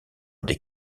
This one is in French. des